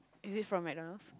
is it from McDonald's